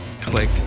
Click